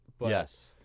Yes